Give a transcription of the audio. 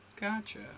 Gotcha